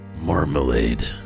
marmalade